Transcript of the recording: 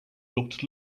looked